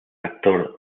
actor